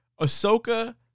Ahsoka